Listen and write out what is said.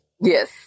Yes